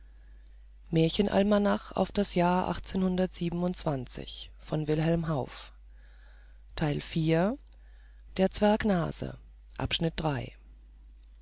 sich auf das